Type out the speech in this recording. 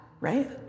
Right